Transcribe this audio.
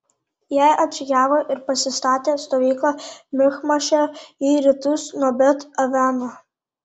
jie atžygiavo ir pasistatė stovyklą michmaše į rytus nuo bet aveno